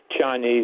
Chinese